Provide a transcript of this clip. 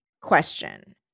Question